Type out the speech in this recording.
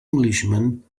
englishman